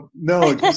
No